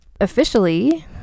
officially